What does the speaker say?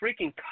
freaking